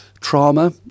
trauma